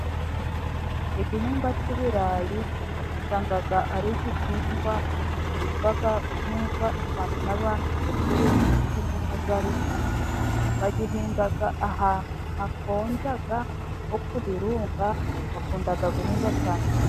Igihingwa cy'ibirayi usanga ari igihingwa gikundwa guhingwa cyane n'abantu begereye mu bice by'amajyaruguru. Bagihinga ahantu hakonja nko ku birunga bakunda guhinga cyane ibirayi.